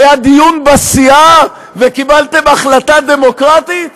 היה דיון בסיעה וקיבלתם החלטה דמוקרטית?